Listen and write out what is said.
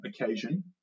occasion